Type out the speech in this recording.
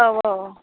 औ औ